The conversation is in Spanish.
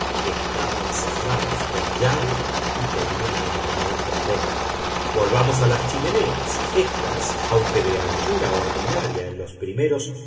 estaban cerradas con llave y tenían la llave por dentro volvamos a las chimeneas éstas aunque de anchura ordinaria en los primeros